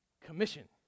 commission